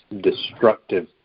destructive